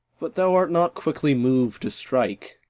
but thou art not quickly moved to strike.